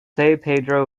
pedro